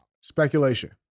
Speculation